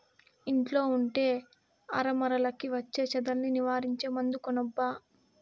ఇంట్లో ఉండే అరమరలకి వచ్చే చెదల్ని నివారించే మందు కొనబ్బా